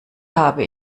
habe